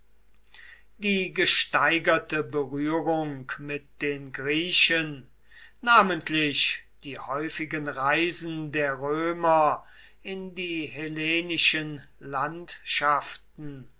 die gesteigerte berührung mit den griechen namentlich die häufigen reisen der römer in die hellenischen landschaften